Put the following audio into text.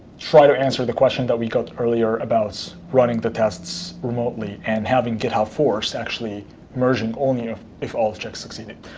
try to answer the question that we got earlier about running the tests remotely and having github force, actually merging only ah if all objects succeeded.